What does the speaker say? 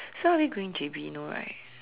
so are we going J_B no right